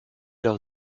lors